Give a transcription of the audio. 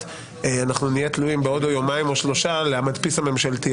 נהיה תלויים בעוד יומיים או שלושה במדפיס הממשלתי.